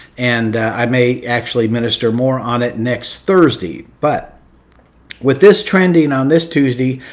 and i may actually minister more on it next thursday. but with this trending on this tuesday,